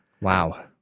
Wow